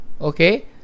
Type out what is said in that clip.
Okay